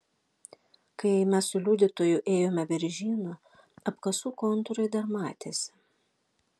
kai mes su liudytoju ėjome beržynu apkasų kontūrai dar matėsi